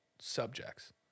subjects